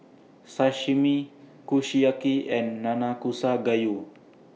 Sashimi Kushiyaki and Nanakusa Gayu